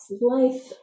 life